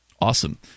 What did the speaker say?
Awesome